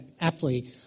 aptly